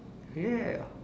yeah